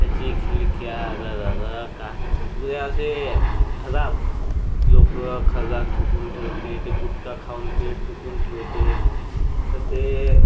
त्याची खिडक्या अररर काय पुरे असे खराब लोक खराब थुंकून ठेवते ते गुटखा खाऊन ते टुकून ठेवते तर ते